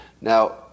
Now